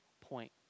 point